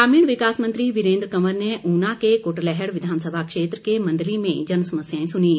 ग्रामीण विकास मंत्री वीरेन्द्र कंवर ने ऊना के कुटलैहड़ विधानसभा क्षेत्र के मंदली में जन समस्याएं सुनीं